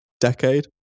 decade